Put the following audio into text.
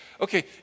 okay